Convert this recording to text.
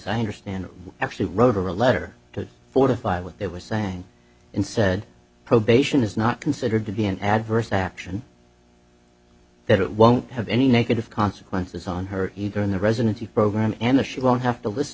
i understand it actually wrote her a letter to fortify what they were saying and said probation is not considered to be an adverse action that it won't have any negative consequences on her either in the residency program and the she won't have to list